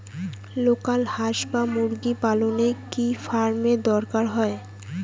Local হাস বা মুরগি পালনে কি ফার্ম এর দরকার হয়?